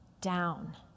down